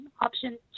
option